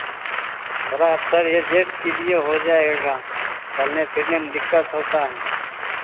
थोड़ा आप सर यह वेट कीजिए हो जाएगा चलने फिरने में दिक्कत होता है